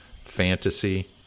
fantasy